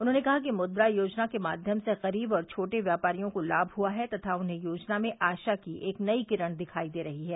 उन्हॉने कहा कि मुद्रा योजना के माध्यम से गरीब और छोटे व्यापारियों को लाम हुआ है तथा उन्हें योजना में आशा की एक नई किरण दिखाई दे रही है